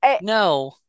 no